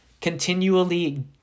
continually